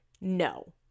No